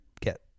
get